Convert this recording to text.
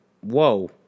whoa